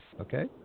Okay